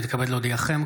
הינני מתכבד להודיעכם,